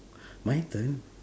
my turn